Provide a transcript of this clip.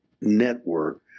network